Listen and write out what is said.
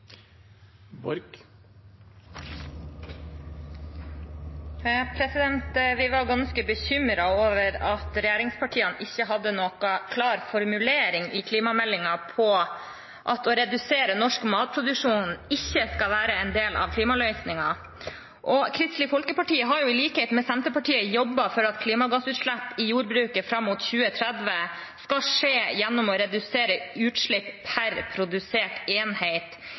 Vi var ganske bekymret over at regjeringspartiene ikke hadde noen klar formulering i klimameldingen på at å redusere norsk matproduksjon ikke skal være en del av klimaløsningen. Og Kristelig Folkeparti har jo, i likhet med Senterpartiet, jobbet for at klimagassutslipp i jordbruket fram mot 2030 skal skje gjennom å redusere utslipp per produsert enhet